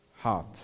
heart